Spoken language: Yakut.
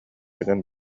эҥин